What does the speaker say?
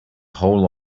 whole